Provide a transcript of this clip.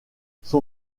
son